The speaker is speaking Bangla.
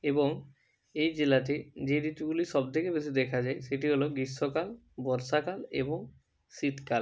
এবং এই জেলাতে যে ঋতুগুলি সব থেকে বেশি দেখা যায় সেটি হলো গ্রীষ্মকাল বর্ষাকাল এবং শীতকাল